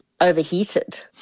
overheated